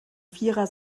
vierer